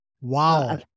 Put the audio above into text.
wow